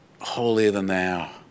holier-than-thou